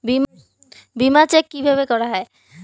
বিমা চেক কিভাবে করা হয়?